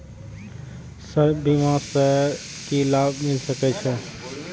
Sir बीमा से की लाभ मिल सके छी?